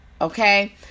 Okay